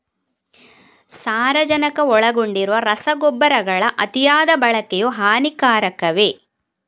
ಸಾರಜನಕ ಒಳಗೊಂಡಿರುವ ರಸಗೊಬ್ಬರಗಳ ಅತಿಯಾದ ಬಳಕೆಯು ಹಾನಿಕಾರಕವೇ?